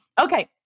Okay